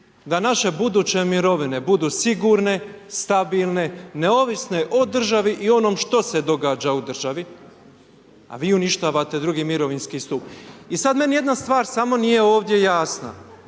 da naše buduće mirovine budu sigurne, stabilne, neovisne o državi i ono što se događa u državi. A vi uništavate II. mirovinski stup. I sad meni jedna stvar samo nije ovdje jasna,